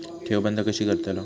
ठेव बंद कशी करतलव?